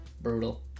brutal